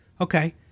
okay